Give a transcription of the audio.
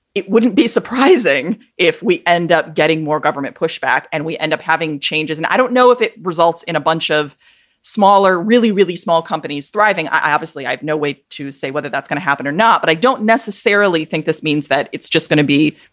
it wouldn't be surprising if we end up getting more government pushback and we end up having changes. and i don't know if it results in a bunch of smaller, really, really small companies thriving. i obviously i have no way to say whether that's going to happen or not, but i don't necessarily think this means that it's just going to be,